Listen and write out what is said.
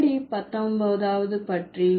எப்படி 19வது பற்றி